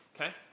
okay